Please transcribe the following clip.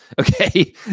Okay